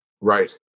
right